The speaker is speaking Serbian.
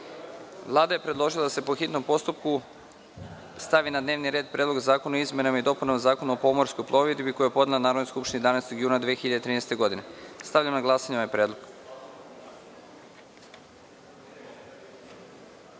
je predložila da se po hitnom postupku stavi na dnevni red Predlog zakona o izmenama i dopunama Zakona o pomorskoj plovidbi, koji je podnela Narodnoj skupštini 11. juna 2013. godine. Stavljam na glasanje ovaj predlog. Molim